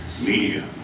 media